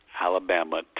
Alabama